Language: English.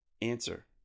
Answer